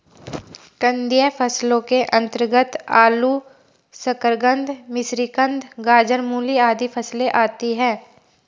कंदीय फसलों के अंतर्गत आलू, शकरकंद, मिश्रीकंद, गाजर, मूली आदि फसलें आती हैं